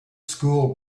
school